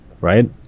right